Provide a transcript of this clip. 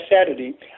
Saturday